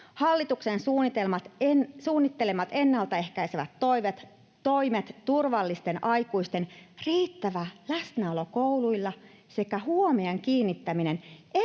Hallituksen suunnittelemat ennaltaehkäisevät toimet, turvallisten aikuisten riittävä läsnäolo kouluilla sekä huomion kiinnittäminen